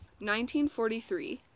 1943